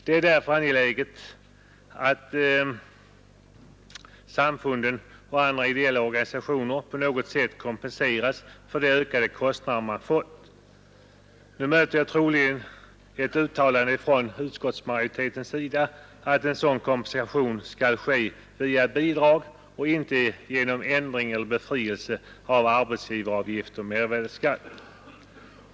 Det är därför angeläget att samfunden och andra ideella organisationer på något sätt kompenseras för de ökade kostnader de fått. Här möter jag troligen det uttalandet från utskottsmajoriteten, att en sådan kompensation skall ske via bidrag, inte genom ändring i eller befrielse från arbetsgivaravgift och mervärdeskatt.